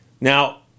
Now